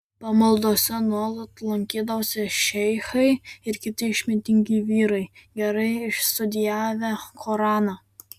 pamaldose nuolat lankydavosi šeichai ir kiti išmintingi vyrai gerai išstudijavę koraną